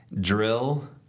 drill